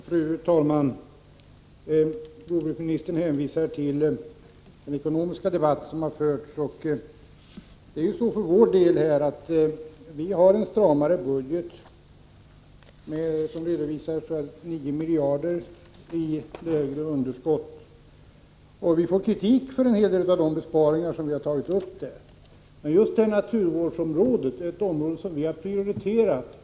Fru talman! Jordbruksministern hänvisar till den ekonomiska debatt som har förts. Men det är så, att vår budget är stramare. Jag tror att vi har redovisat ett underskott som är 9 miljarder lägre. Vi får kritik för en hel del besparingar som vi har aktualiserat. Men just naturvårdsområdet är ett område som vi har prioriterat.